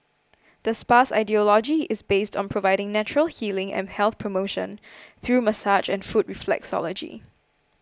the spa's ideology is based on providing natural healing and health promotion through massage and foot reflexology